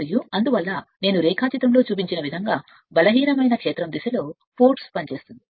మరియు ఇది మరియు అందువల్ల నేను రేఖాచిత్రంలో చూపించిన ఏమైనా బలహీనమైన క్షేత్రం దిశలో శక్తి పనిచేస్తుంది